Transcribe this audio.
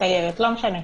להיכנס.